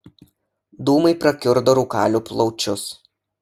dūmai prakiurdo rūkalių plaučius